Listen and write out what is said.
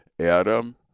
Adam